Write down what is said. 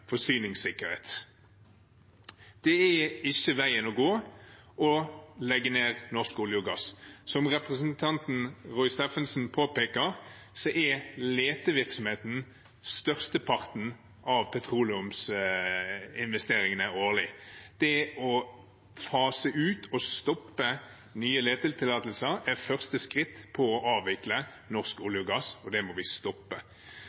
forsyningssikkerhet. Det er ikke veien å gå å legge ned norsk olje og gass. Som representanten Roy Steffensen påpeker, er letevirksomheten størsteparten av petroleumsinvesteringene årlig. Det å fase ut og stoppe nye letetillatelser er første skritt for å avvikle norsk olje og gass, og det må vi stoppe.